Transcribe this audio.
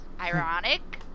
ironic